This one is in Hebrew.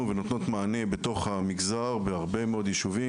ונותנות מענה בתוך המגזר בהרבה מאוד יישובים,